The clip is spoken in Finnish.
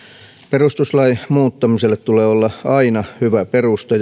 perustuslain muuttamiselle tulee olla aina hyvä peruste